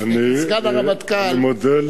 סגן הרמטכ"ל,